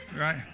right